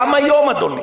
גם היום, אדוני.